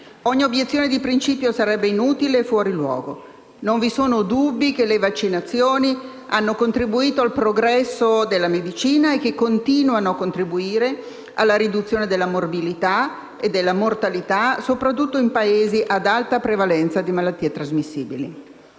Ogni obiezione di principio sarebbe inutile e fuori luogo; non vi sono dubbi che le vaccinazioni hanno contribuito al progresso della medicina e che continuano a contribuire alla riduzione della morbilità e della mortalità, soprattutto in Paesi ad alta prevalenza di malattie trasmissibili.